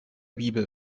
bibel